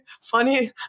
funny